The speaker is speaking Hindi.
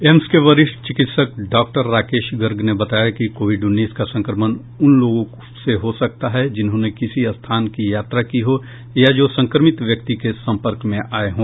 एम्स के वरिष्ठ चिकित्सक डॉक्टर राकेश गर्ग ने बताया कि कोविड उन्नीस का संक्रमण उन लोगों से हो सकता है जिन्होंने किसी स्थान की यात्रा की हो या जो संक्रमित व्यक्ति के सम्पर्क में आए हों